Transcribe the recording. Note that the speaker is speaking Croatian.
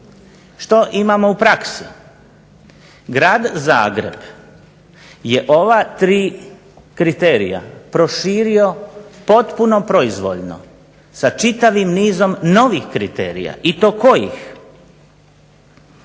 Što imamo u praksi? Grad Zagreb je ova tri kriterija proširio potpuno proizvoljno sa čitavim nizom novih kriterija i to kojih.